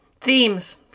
Themes